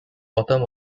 bottom